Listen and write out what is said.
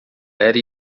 era